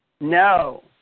No